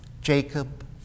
Jacob